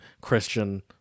Christian